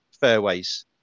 fairways